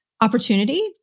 opportunity